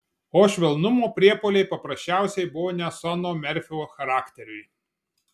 o švelnumo priepuoliai paprasčiausiai buvo ne sono merfio charakteriui